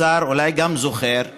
ואולי גם כבוד השר זוכר,